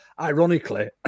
Ironically